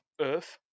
Earth